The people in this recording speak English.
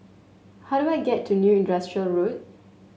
how do I get to New Industrial Road